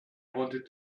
wanted